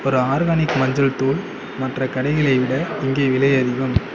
ஒரு ஆர்கானிக் மஞ்சள் தூள் மற்ற கடைகளை விட இங்கே விலை அதிகம்